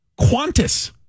Qantas